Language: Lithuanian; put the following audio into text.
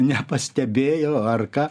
nepastebėjo ar ką